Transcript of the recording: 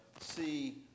see